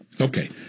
Okay